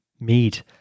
meat